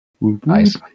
Nice